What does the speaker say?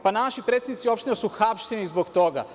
Pa, naši predsednici opština su hapšeni zbog toga.